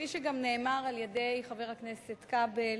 כפי שגם נאמר על-ידי חבר הכנסת כבל,